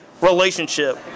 relationship